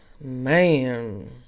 man